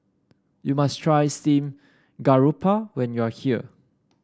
you must try Steamed Garoupa when you are here